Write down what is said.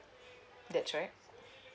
that's right